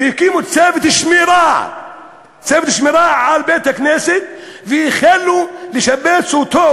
והקימו צוות שמירה על בית-הכנסת והחלו לשפץ אותו,